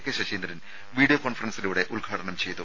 K Saseendran video കോൺഫറൻസിലൂടെ ഉദ്ഘാടനം ചെയ്തു